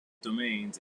domains